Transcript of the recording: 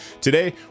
today